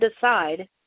decide